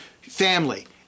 family